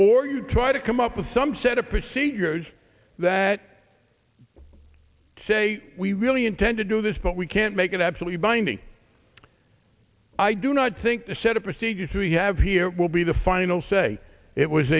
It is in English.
or you try to come up with some set of procedures that say we really intend to do this but we can't make it absolutely binding i do not think the set of procedures we have here will be the final say it was